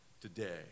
today